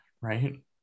Right